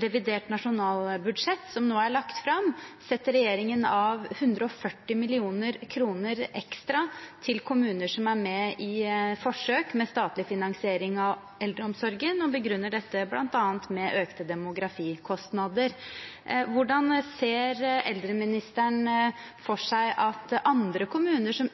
revidert nasjonalbudsjett som nå er lagt fram, setter regjeringen av 140 mill. kr ekstra til kommuner som er med i forsøk med statlig finansiering av eldreomsorgen, og begrunner dette bl.a. med økte demografikostnader. Hvordan ser eldreministeren for seg at andre kommuner, som